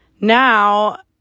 now